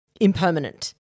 impermanent